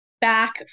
back